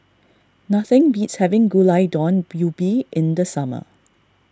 nothing beats having Gulai Daun Ubi in the summer